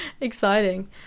exciting